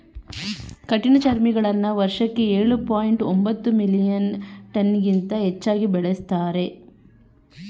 ಕಠಿಣಚರ್ಮಿಗಳನ್ನ ವರ್ಷಕ್ಕೆ ಎಳು ಪಾಯಿಂಟ್ ಒಂಬತ್ತು ಮಿಲಿಯನ್ ಟನ್ಗಿಂತ ಹೆಚ್ಚಾಗಿ ಬೆಳೆಸ್ತಾರೆ